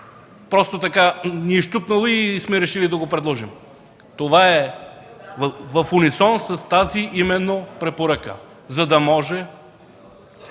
просто ни е щукнало и сме решили да го предложим! Това е в унисон с тази именно препоръка – за да може,